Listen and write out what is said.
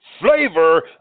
Flavor